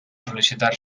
sol·licitar